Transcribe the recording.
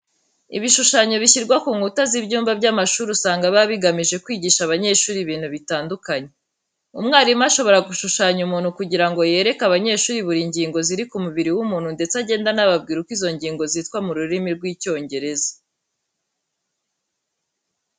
Ibishushanyo bishyirwa ku nkuta z'ibyumba by'amashuri usanga biba bigamije kwigisha abanyeshuri ibintu bitandukanye. Umwarimu ashobora gushushanya umuntu kugira ngo yereke abanyeshuri buri ngingo ziri ku mubiri w'umuntu ndetse agende anababwira uko izo ngingo zitwa mu rurimi rw'Icyongereza.